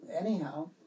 anyhow